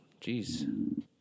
jeez